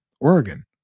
Oregon